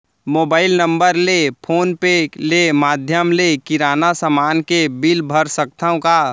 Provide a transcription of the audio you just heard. Mobile number ले phone पे ले माधयम ले किराना समान के बिल भर सकथव का?